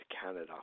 Canada